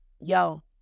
yo